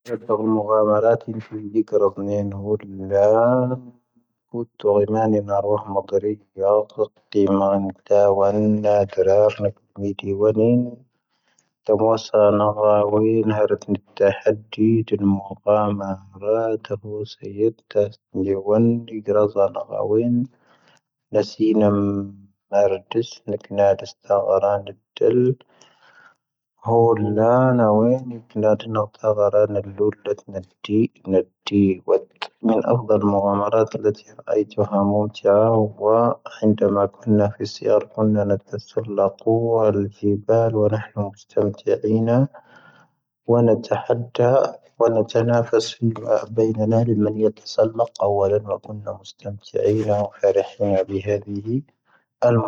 ⵏⴰⴷⴻⴻ ⵏⴰⴷⴻⴻ. ⵡⴰ ⴷⵀⴻⴻ ⵏⴰⴷⴻⴻ. ⵎⵡⴰⵎⴰⵔⴰⴰⴷ ⵏⴰⴷⴻⴻ ⴰⵉⵜⵡ ⵀⴰ ⵎⵡⴰⵎⵜⴰ. ⵡⴰ ⵀⵏⴷⴰ ⵎⵡⴰⴽⵓⵏⵏⴰ ⴼⵉⵙⵉⴰⵔ. ⵎⵡⴰⴽⵓⵏⵏⴰ ⵏⴰⵜⴻⵣⵜⴻⵔ ⵍⴰⵇo. ⴰⵍ-ⴳⵀⵉⴱⴰⵍ ⵡⴰ ⵏⵀⴰⴻⵍ ⵎⵡⴰⵎⵓⵙⵜⴻⵎⵜⵉ'ⵉⵏⴰ. ⵡⴰ ⵏⴰⵜⴻⵀⴰⴷⴰ. ⵡⴰ ⵏⴰⵜⴻⵀⵏⴰ ⴼⴰⵙⴼⵉ. ⵡⴰ ⴰⴱⴻⵢⵏⴰ ⵏⴰⵀⴰⴻⵍ. ⵍⵎⴰⵏⵢⴰⵜ ⵜⵉⵙⴰ ⵍⵎⴰⴽ. ⴰⵡⴰⵍ ⵏⵡⴰⴽⵓⵏⵏⴰ ⵎⵡⴰⵎⵓⵙⵜⴻⵎⵜⵉ'ⵉⵏⴰ. ⵡⴰ ⴼⴰⵀⴻⵀⴰ ⴱⵉⵀⴰ ⴷⵉⵀⴻ. ⴰⵍ-ⵎⵡⴰⵎⵜⴰ.